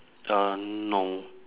uh no